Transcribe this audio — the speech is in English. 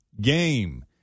game